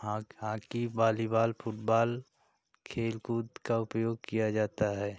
हाँक hockey volleyball football खेलकूद का उपयोग किया जाता है